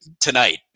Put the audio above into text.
tonight